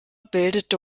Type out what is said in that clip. bildete